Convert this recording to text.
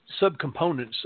subcomponents